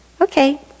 Okay